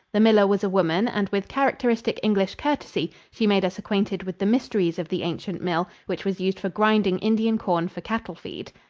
the miller was a woman, and with characteristic english courtesy she made us acquainted with the mysteries of the ancient mill, which was used for grinding indian corn for cattle-feed.